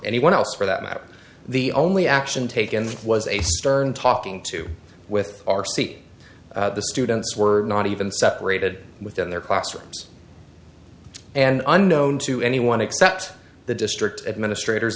anyone else for that matter the only action taken was a stern talking to with r c the students were not even separated within their classrooms and unknown to anyone except the district administrators